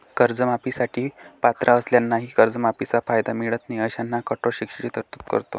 कर्जमाफी साठी पात्र असलेल्यांनाही कर्जमाफीचा कायदा मिळत नाही अशांना कठोर शिक्षेची तरतूद करतो